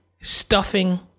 stuffing